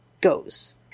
goes